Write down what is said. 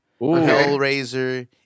Hellraiser